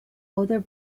other